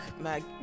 Mag